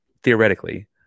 theoretically